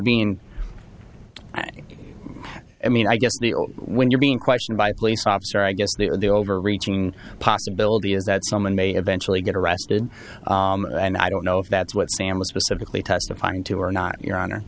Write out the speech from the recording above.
think i mean i guess when you're being questioned by police officer i guess there overreaching possibility is that someone may eventually get arrested and i don't know if that's what sam was specifically testifying to or not your honor